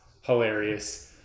hilarious